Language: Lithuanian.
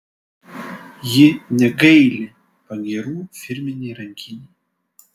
ji negaili pagyrų firminei rankinei